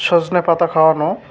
সজনে পাতা খাওয়ানো